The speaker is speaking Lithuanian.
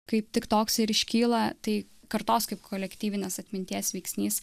kaip tik toks ir iškyla tai kartos kaip kolektyvinės atminties veiksnys